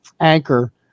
anchor